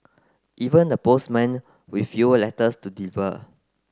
even the postmen with fewer letters to